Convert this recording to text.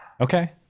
Okay